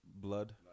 Blood